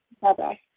Bye-bye